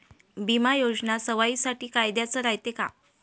बिमा योजना सर्वाईसाठी फायद्याचं रायते का?